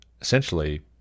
essentially